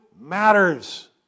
matters